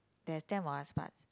there's ten parts